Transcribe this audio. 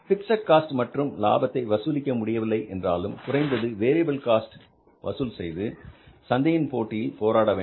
fixed cost மற்றும் லாபத்தை வசூலிக்க முடியவில்லை என்றாலும் குறைந்தது வேரியபில் காஸ்ட் வசூல் செய்து சந்தையின் போட்டியை போராட வேண்டும்